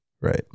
Right